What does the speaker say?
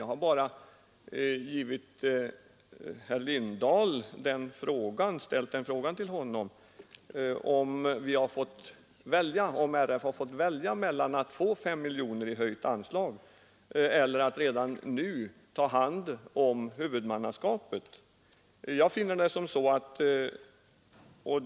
Jag har bara frågat herr Lindahl vad han tror att RF skulle ha föredragit om man fått välja mellan att få 5 miljoner kronor i anslagshöjning och att redan nu ta hand om huvudmannaskapet.